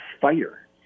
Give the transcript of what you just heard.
fire